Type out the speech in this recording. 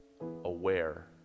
aware